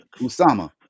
Usama